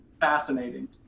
Fascinating